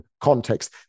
context